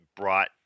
brought